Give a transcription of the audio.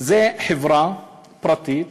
זו חברה פרטית